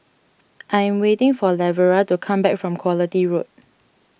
I am waiting for Lavera to come back from Quality Road